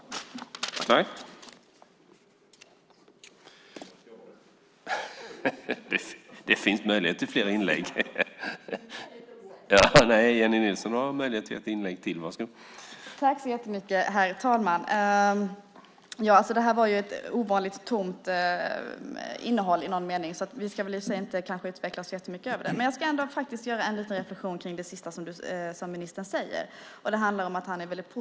Oj, det kanske inte var slut än!